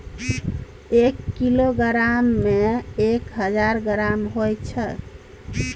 एक किलोग्राम में एक हजार ग्राम होय छै